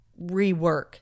rework